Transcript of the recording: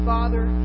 Father